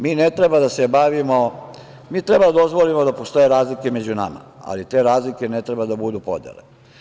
Mi treba da dozvolimo da postoje razlike među nama, ali te razlike ne treba da budu podele.